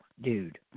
dude